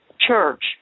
Church